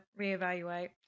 reevaluate